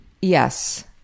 Yes